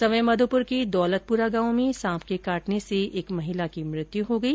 सवाईमाधोपुर के दौलतपुरा गांव में सांप के काटने से एक महिला की मृत्यू हो गई